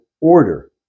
order